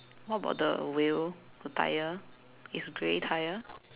what about the wheel the tyre is grey tyre